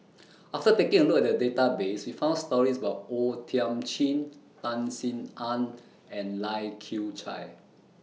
after taking A Look At The Database We found stories about O Thiam Chin Tan Sin Aun and Lai Kew Chai